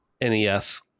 nes